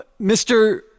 Mr